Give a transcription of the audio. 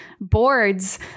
boards